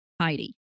Heidi